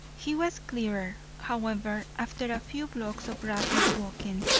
he was clearer, however, after a few blocks of rapid walking,